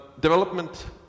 Development